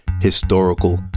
historical